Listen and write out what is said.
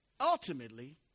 ultimately